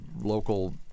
local